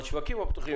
אבל השווקים הפתוחים,